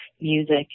music